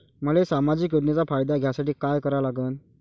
मले सामाजिक योजनेचा फायदा घ्यासाठी काय करा लागन?